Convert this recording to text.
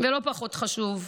ולא פחות חשוב,